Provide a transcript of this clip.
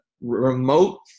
remote